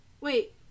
wait